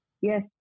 Yes